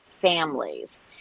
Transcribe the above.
families